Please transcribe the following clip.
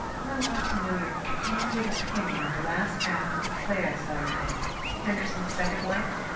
i want to know your candid opinion of the last act of the play i saw you in henderson's second wife?